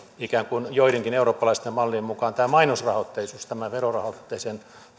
ikään kuin joidenkin eurooppalaisten mallien mukaan tämä mainosrahoitteisuus tämän verorahoitteisen